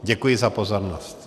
Děkuji za pozornost.